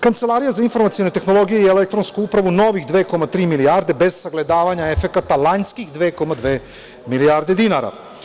Kancelarija za IT i elektronsku upravu novih 2,3 milijarde bez sagledavanja efekata lanjskih 2,2 milijarde dinara.